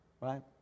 right